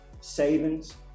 Savings